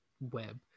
web